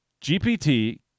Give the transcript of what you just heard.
GPT